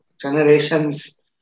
generations